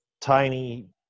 tiny